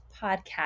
podcast